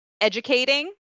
educating